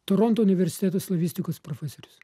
toronto universiteto slavistikos profesorius